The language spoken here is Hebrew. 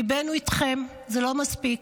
ליבנו איתכם, זה לא מספיק.